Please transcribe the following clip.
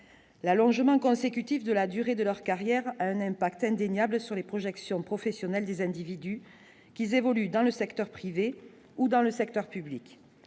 l'allongement consécutif de la durée de leur carrière, un impact indéniable sur les projections professionnels des individus qu'ils évoluent dans le secteur privé ou dans le secteur public,